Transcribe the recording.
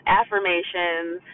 affirmations